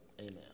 Amen